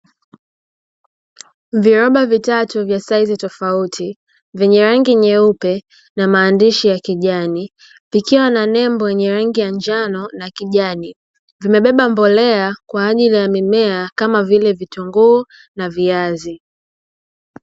Viroba vitatu vya saizi tofauti vyenye rangi nyeupe na maandishi ya kijani vikiwa na nembo yenye rangi ya njano na kijani, vimebeba mbolea kwa ajili ya mimea kama vile vitunguu na viazi.